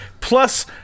Plus